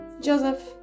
Joseph